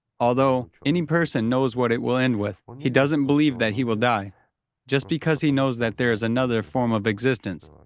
although any person knows what it will end with. he doesn't believe that he will die just because he knows that there is another form of existence.